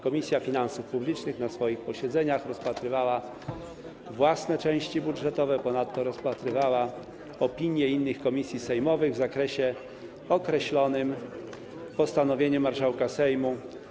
Komisja Finansów Publicznych na swoich posiedzeniach rozpatrywała własne części budżetowe, ponadto rozpatrywała opinie innych komisji sejmowych w zakresie określonym postanowieniem marszałka Sejmu.